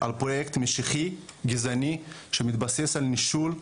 על פרויקט משיחי גזעני שמתבסס על נישול,